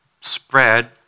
spread